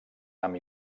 amb